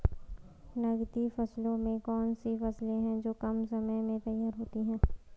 नकदी फसलों में कौन सी फसलें है जो कम समय में तैयार होती हैं?